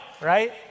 right